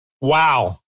Wow